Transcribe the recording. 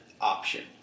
option